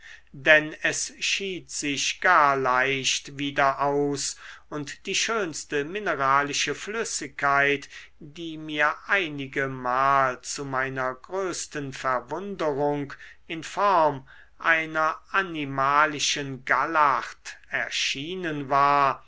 denn es schied sich gar leicht wieder aus und die schönste mineralische flüssigkeit die mir einigemal zu meiner größten verwunderung in form einer animalischen gallert erschienen war